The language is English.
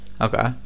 Okay